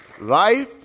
life